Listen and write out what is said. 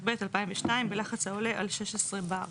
התשס"ב-2022 בלחץ העולה על 16 בר (bar)